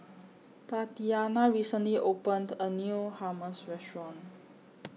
Tatianna recently opened A New Hummus Restaurant